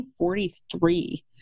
1943